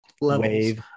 levels